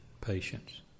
patience